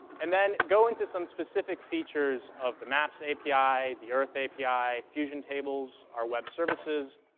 and then go into some specific features of the maps api, the earth api, fusion tables, our web services,